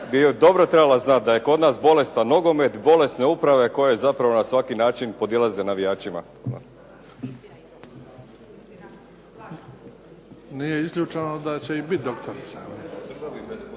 bi dobro trebala znati da je kod nas bolestan nogomet, bolesne uprave koje zapravo na svaki način podilaze navijačima. Hvala. **Bebić, Luka